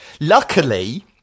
luckily